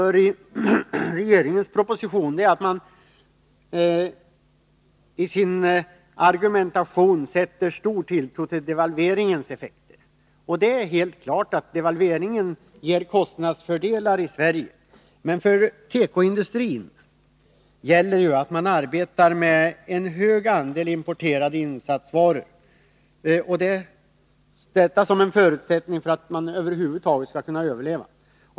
Regeringen sätter i sin argumentation i propositionen stor tilltro till devalveringens effekter. Det är helt klart att devalveringen ger kostnadsfördelar i Sverige, men för tekoindustrin gäller att man arbetar med en hög andel importerade insatsvaror, detta som en förutsättning för att tekoindustrin över huvud taget skall kunna överleva.